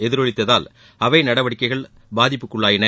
எதிரொலித்ததால் நடவடிக்கைகள் பாதிப்புக்குள்ளாயின